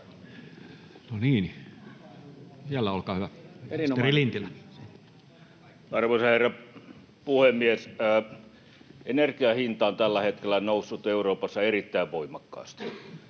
ps) Time: 16:05 Content: Arvoisa herra puhemies! Energian hinta on tällä hetkellä noussut Euroopassa erittäin voimakkaasti.